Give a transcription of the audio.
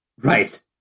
Right